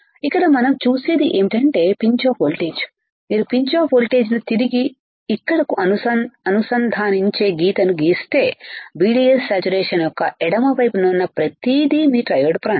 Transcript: ఇక్కడ మనం చూసేది ఏమిటంటే పించ్ ఆఫ్ వోల్టేజ్ మీరు పించ్ ఆఫ్ వోల్టేజ్ను తిరిగి ఇక్కడకు అనుసంధానించే గీతను గీస్తే VDS saturation యొక్క ఎడమ వైపున ఉన్న ప్రతిదీ మీ ట్రయోడ్ ప్రాంతం